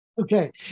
Okay